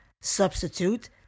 substitute